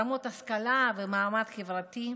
רמות השכלה והמעמד החברתי.